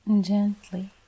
gently